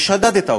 ושדדת אותו,